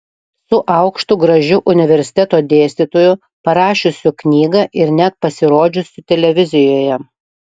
su aukštu gražiu universiteto dėstytoju parašiusiu knygą ir net pasirodžiusiu televizijoje